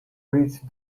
reach